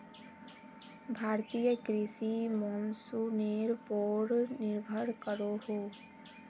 भारतीय कृषि मोंसूनेर पोर निर्भर करोहो